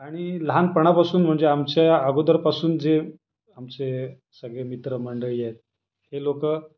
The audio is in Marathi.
आणि लहानपणापासून म्हणजे आमच्या अगोदरपासून जे आमचे सगळे मित्रमंडळी आहेत हे लोकं